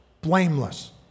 blameless